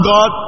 God